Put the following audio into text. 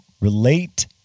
relate